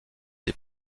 des